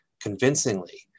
convincingly